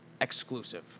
exclusive